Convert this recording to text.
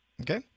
Okay